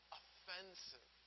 offensive